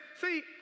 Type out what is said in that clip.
See